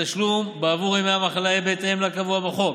התשלום בעבור ימי המחלה יהיה בהתאם לקבוע בחוק: